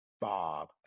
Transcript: bob